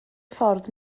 ffordd